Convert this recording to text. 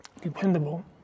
dependable